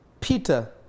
Peter